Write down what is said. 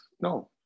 No